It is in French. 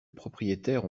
propriétaire